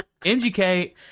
MGK